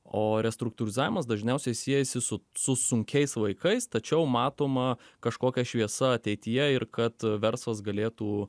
o restruktūrizavimas dažniausiai siejasi su su sunkiais laikais tačiau matoma kažkokia šviesa ateityje ir kad verslas galėtų